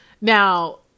Now